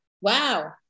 Wow